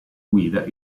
guida